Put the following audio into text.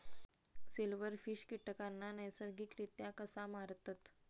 Silverfish कीटकांना नैसर्गिकरित्या कसा मारतत?